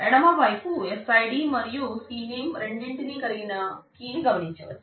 ఎడమ వైపు SID మరియు Cname రెండింటిని కలిగిన కీ ని గమనించవచ్చు